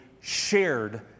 shared